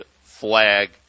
flag